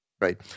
right